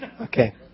Okay